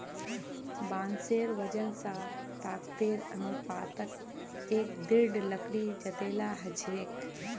बांसेर वजन स ताकतेर अनुपातत एक दृढ़ लकड़ी जतेला ह छेक